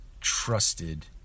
trusted